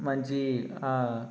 మంచి